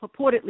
purportedly